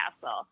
castle